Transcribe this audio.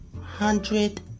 hundred